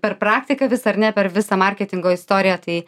per praktiką vis ar ne per visą marketingo istoriją tai